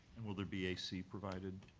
and will there be a c provided